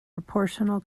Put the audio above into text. proportional